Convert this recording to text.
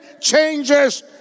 changes